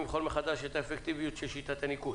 לבחון מחדש את האפקטיביות של שיטת הניקוד.